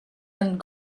and